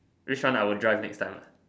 which one I will drive next time ah